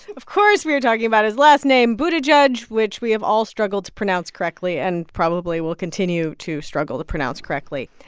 of course, we're talking about his last name, buttigieg, which we have all struggled to pronounce correctly and probably will continue to struggle to pronounce correctly.